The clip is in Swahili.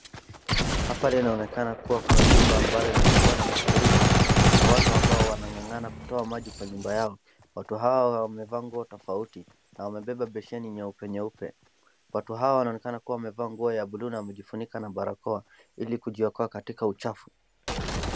Hapa inaonekana kuwa kuna jumba ambayo imekuwa na mafuriko, kuna watu ambao wanang'ang'ana kutoa maji kwa nyumba yao, watu hawa wamevaa nguo tofauti na wamebeba besheni nyeupe nyeupe, watu hawa wanaonekana kuwa wamevaa nguo ya buluu na wamejifunika na barakoa ili kujiokoa katika uchafu.